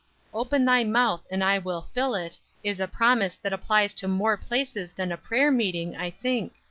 open thy mouth and i will fill it is a promise that applies to more places than a prayer-meeting, i think.